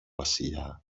βασιλιά